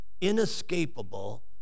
inescapable